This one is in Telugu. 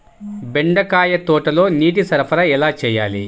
బెండకాయ తోటలో నీటి సరఫరా ఎలా చేయాలి?